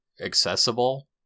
accessible